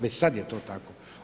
Već sad je to tako.